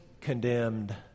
condemned